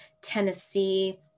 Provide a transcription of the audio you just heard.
Tennessee